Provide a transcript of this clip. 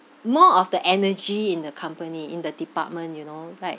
more of the energy in the company in the department you know like